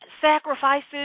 Sacrifices